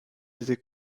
était